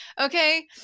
Okay